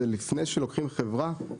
ולפני שלוקחים חברה,